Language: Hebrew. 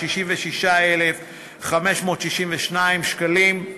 66,562 שקלים,